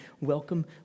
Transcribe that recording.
welcome